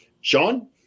Sean